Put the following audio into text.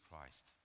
Christ